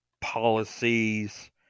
policies